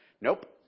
nope